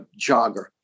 jogger